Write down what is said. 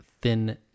thin